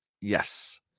Yes